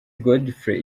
godfrey